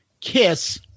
kiss